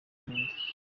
buhinde